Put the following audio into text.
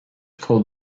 called